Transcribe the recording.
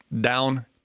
down